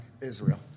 israel